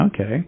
Okay